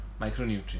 micronutrients